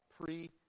pre